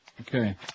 Okay